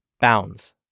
bounds